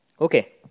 Okay